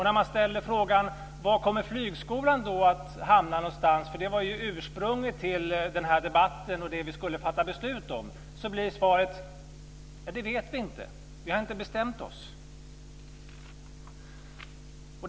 När man ställer frågan var flygskolan kommer att hamna - för det var ju ursprunget till den här debatten och det vi skulle fatta beslut om - blir svaret: Det vet vi inte. Vi har inte bestämt oss.